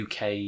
UK